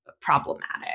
problematic